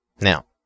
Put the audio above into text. Now